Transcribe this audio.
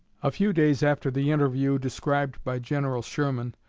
a few days after the interview described by general sherman,